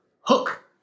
Hook